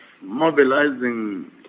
mobilizing